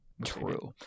true